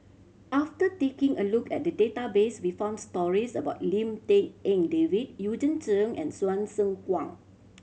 after taking a look at the database we found stories about Lim Tik En David Eugene Chen and Hsu Tse Kwang